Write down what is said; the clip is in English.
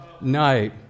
night